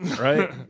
right